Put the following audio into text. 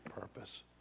purpose